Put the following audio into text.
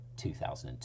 2002